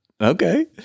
Okay